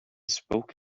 spoke